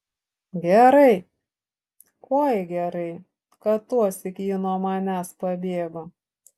gerai oi gerai kad tuosyk ji nuo manęs pabėgo